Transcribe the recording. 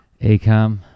Acom